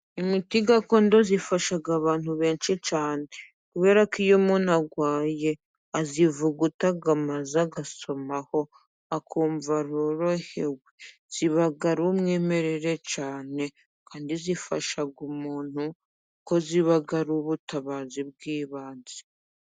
Imiti gakondo ifasha abantu benshi cyane, kubera ko iyo umuntu arwaye ayivuguta maze agasomaho akumva arorohewe, iba ari umwimerere cyane, kandi ifasha umuntu kuko iba ari ubutabazi bw'ibanze.